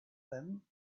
them